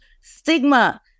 stigma